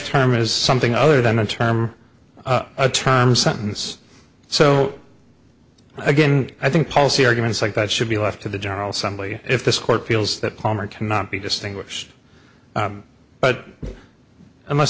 term is something other than a term a term sentence so again i think policy arguments like that should be left to the general assembly if this court feels that palmer cannot be distinguished but unless